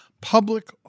public